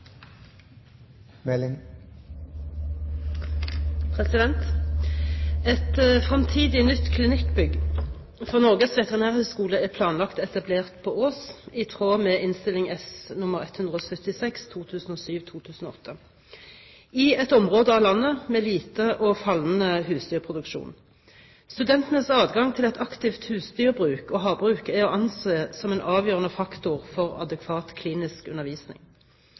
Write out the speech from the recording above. i et slikt eventuelt prosjekt. «Et fremtidig nytt klinikkbygg for Norges veterinærhøgskole er planlagt etablert på Ås i tråd med Innst. S. nr. 176 for 2007–2008, i et område av landet med liten og fallende husdyrproduksjon. Studentenes adgang til et aktivt husdyrbruk og havbruk er å anse som en avgjørende faktor for adekvat klinisk undervisning.